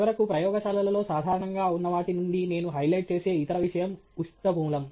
చివరకు ప్రయోగశాలలలో సాధారణంగా ఉన్నవాటి నుండి నేను హైలైట్ చేసే ఇతర విషయం ఉష్ణ మూలం